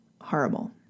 horrible